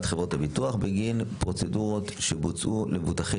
הביטוח בגין פרוצדורות שבוצעו למבוטחי